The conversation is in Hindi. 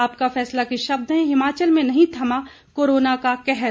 आपका फैसला के शब्द हैं हिमाचल में नहीं थमा कोरोना का कहर